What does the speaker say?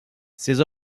ses